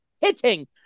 hitting